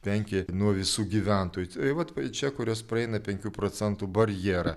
penki nuo visų gyventojų tai vat čia kurios praeina penkių procentų barjerą